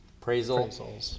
appraisal